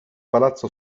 palazzo